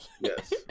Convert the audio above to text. yes